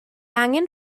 angen